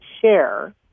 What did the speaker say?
share